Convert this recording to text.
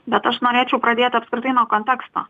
bet aš norėčiau pradėt apskritai nuo konteksto